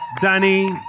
Danny